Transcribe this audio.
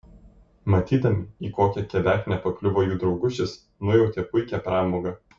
matydami į kokią kebeknę pakliuvo jų draugužis nujautė puikią pramogą